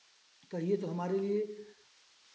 कहिए तो हमारे लिए